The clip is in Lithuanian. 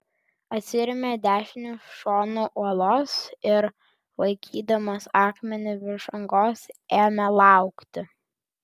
atsirėmė dešiniu šonu uolos ir laikydamas akmenį virš angos ėmė laukti